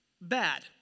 bad